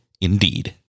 indeed